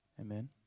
Amen